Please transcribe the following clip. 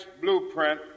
Blueprint